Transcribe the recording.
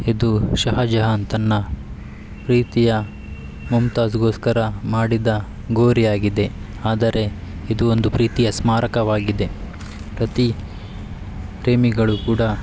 ಇದು ಶಹಜಹಾನ್ ತನ್ನ ಪ್ರೀತಿಯ ಮಮ್ತಾಜ್ಗೋಸ್ಕರ ಮಾಡಿದ ಗೋರಿಯಾಗಿದೆ ಆದರೆ ಇದು ಒಂದು ಪ್ರೀತಿಯ ಸ್ಮಾರಕವಾಗಿದೆ ಪ್ರತಿ ಪ್ರೇಮಿಗಳು ಕೂಡ